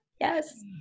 yes